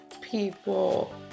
people